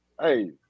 hey